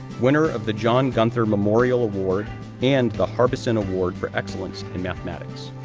winner of the john gunther memorial award and the harbeson award for excellence in mathematics,